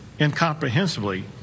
incomprehensibly